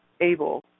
able